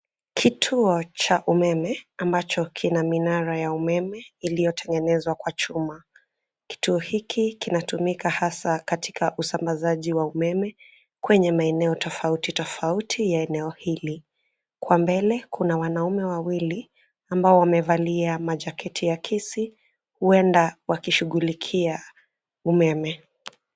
Kituo cha umeme ambacho kina minara ya umeme iliyotengenezwa kwa chuma. Kituo hiki kinatumika hasa katika usambazaji wa umeme kwenye maeneo tofauti tofauti ya eneo hili. Kwa mbele kuna wanaume wawili ambao wamevalia majaketi ya kisi huenda wakishughulikia umeme.